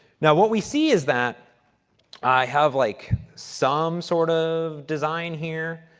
now, what we see is that i have, like, some sort of design here.